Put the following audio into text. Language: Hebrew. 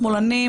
שמאלנים,